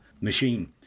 machine